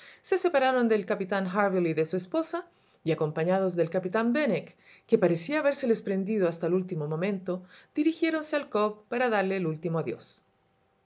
se separaron del capitán harville y de su esposa y acompañados del capitán benwick que parecía habérseles prendido hasta el último momento dirigiéronse al cobb para darle el último adiós